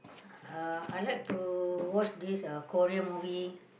uh I like to watch this uh Korean movie